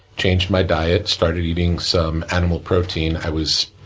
changed my diet. started eating some animal protein, i was,